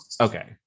Okay